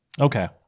Okay